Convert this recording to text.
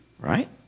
right